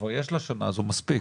כבר יש לשנה הזאת מספיק.